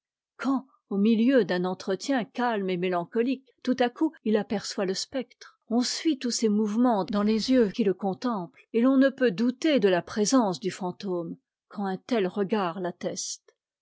quand au milieu d'un entretien calme et mélancolique tout à coup il aperçoit le spectre on suit tous ses mouvements dans les yeux qui le contemplent et l'on ne peut douter de la présence du fantôme quand un tel regard l'atteste